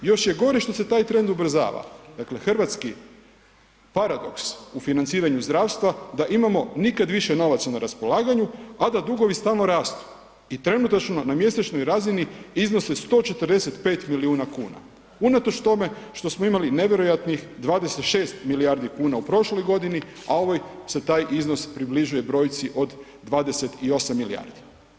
Još je gore što se taj trend ubrzava, dakle hrvatski paradoks u financiranju zdravstva da imamo nikad više novaca na raspolaganju, a da dugovi stalno rastu i trenutačno na mjesečnoj razini iznose 145 milijuna kuna unatoč tome što smo imali nevjerojatnih 26 milijardi kuna u prošloj godini, a u ovoj se taj iznos približuje brojci od 28 milijardi.